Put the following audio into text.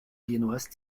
viennoise